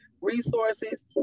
resources